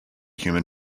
human